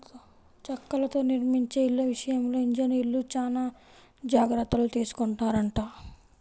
చెక్కలతో నిర్మించే ఇళ్ళ విషయంలో ఇంజనీర్లు చానా జాగర్తలు తీసుకొంటారంట